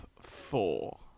four